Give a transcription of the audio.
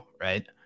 Right